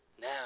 now